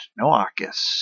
Noachus